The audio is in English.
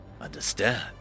understand